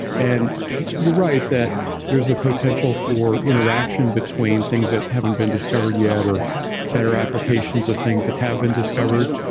and you're right that there's a potential for interaction between things that haven't been discovered yet or better applications of things that have been discovered,